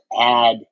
add